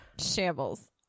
Shambles